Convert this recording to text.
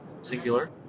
singular